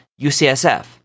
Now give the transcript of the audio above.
UCSF